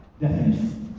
definition